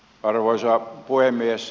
arvoisa puhemies